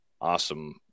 awesome